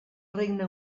regne